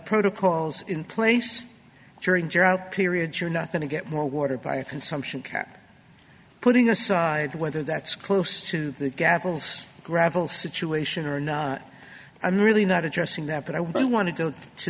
protocols in place during general period you're not going to get more water by a consumption cap putting aside whether that's close to the gavels gravel situation or not i'm really not addressing that but i want to go to